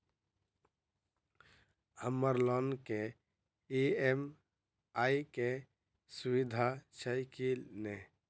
हम्मर लोन केँ ई.एम.आई केँ सुविधा छैय की नै?